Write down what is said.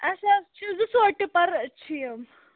اَسہِ حظ چھِ زٕ ژور ٹپَر چھِ یِم